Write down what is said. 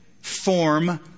form